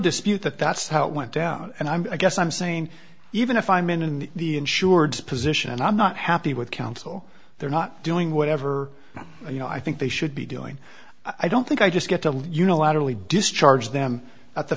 dispute that that's how it went down and i'm i guess i'm saying even if i'm in the insureds position and i'm not happy with counsel they're not doing whatever you know i think they should be doing i don't think i just get a lot unilaterally discharge them at the